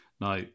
Now